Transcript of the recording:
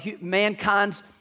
mankind's